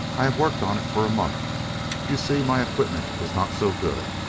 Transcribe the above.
i have worked on it for a month you see, my equipment was not so good.